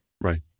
Right